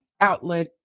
outlet